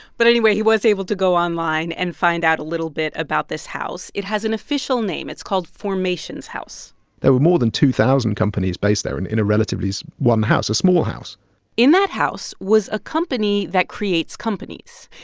but anyway, he was able to go online and find out a little bit about this house. it has an official name. it's called formations house there were more than two thousand companies based there and in a relatively one house, a small house in that house was a company that creates companies.